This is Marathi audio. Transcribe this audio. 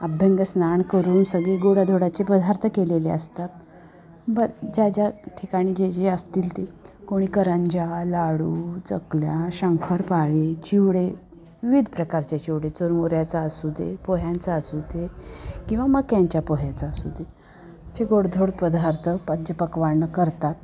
अभ्यंगस्नान करून सगळे गोडाधोडाचे पदार्थ केलेले असतात ब ज्या ज्या ठिकाणी जे जे असतील ते कोणी करंज्या लाडू चकल्या शंकरपाळी चिवडे विविध प्रकारच्या चिवडे चुरमुऱ्याचा असू दे पोह्यांचा असू दे किंवा मक्यांच्या पोह्याचा असू दे असे गोडधोड पदार्थ पंचपक्वान्न करतात